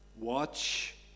watch